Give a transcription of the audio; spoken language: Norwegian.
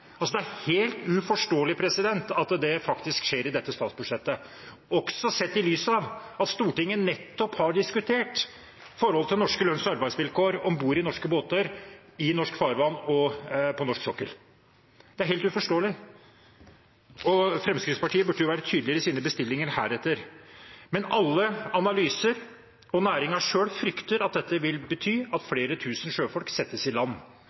Det er helt uforståelig at det faktisk skjer i dette statsbudsjettet, også sett i lys av at Stortinget nettopp har diskutert forholdet til norske lønns- og arbeidsvilkår om bord i norske båter i norsk farvann og på norsk sokkel. Det er helt uforståelig. Fremskrittspartiet burde jo være tydeligere i sine bestillinger heretter. I alle analyser og i næringen selv frykter man at dette vil bety at flere tusen sjøfolk settes i land.